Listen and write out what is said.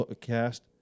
cast